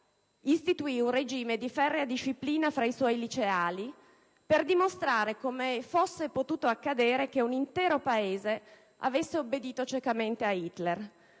istituì un regime di ferrea disciplina tra i suoi liceali per dimostrare come fosse potuto accadere che un intero Paese avesse obbedito ciecamente a Hitler.